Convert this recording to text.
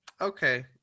Okay